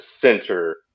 center